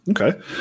Okay